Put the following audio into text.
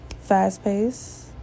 fast-paced